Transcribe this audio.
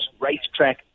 Racetrack